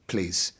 Please